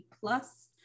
Plus